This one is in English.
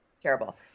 Terrible